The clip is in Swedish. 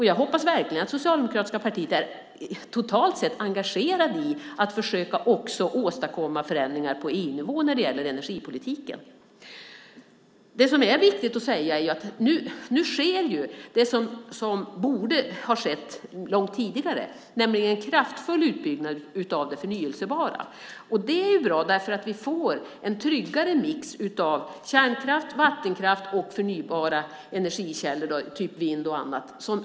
Jag hoppas verkligen att det socialdemokratiska partiet totalt sett är engagerat i att också försöka åstadkomma förändringar på EU-nivå när det gäller energipolitiken. Det är viktigt att säga att nu sker det som borde ha skett långt tidigare, nämligen en kraftfull utbyggnad av det förnybara. Det är bra, för då får vi en tryggare mix av kärnkraft, vattenkraft och förnybara energikällor som vind och annat.